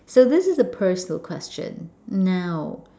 so this is a personal question now